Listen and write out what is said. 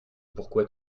pourquoi